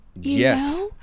Yes